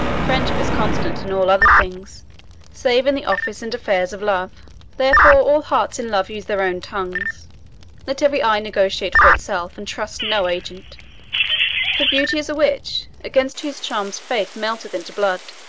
friendship is constant in all other things save in the office and affairs of love herefore all hearts in love use their own tongues let every eye negotiate for itself and trust no agent for beauty is a witch against whose charms faith melteth into blood.